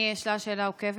אני אשאל שאלה עוקבת.